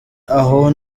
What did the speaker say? aho